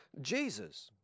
Jesus